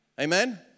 Amen